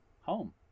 Home